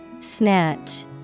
Snatch